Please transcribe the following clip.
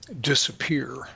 disappear